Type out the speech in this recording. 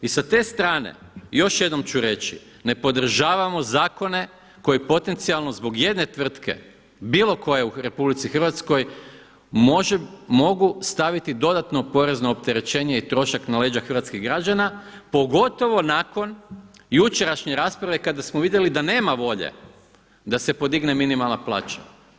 I sa te strane, još jednom ću reći, ne podržavamo zakone koji potencijalno zbog jedne tvrtke bilo koje u RH mogu staviti dodatno porezno opterećenje i trošak na leđa hrvatskih građana, pogotovo nakon jučerašnje rasprave kada smo vidjeli da nema volje da se podigne minimalna plaća.